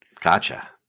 Gotcha